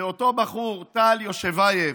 ואותו בחור, טל ישובייב,